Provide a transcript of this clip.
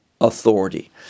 authority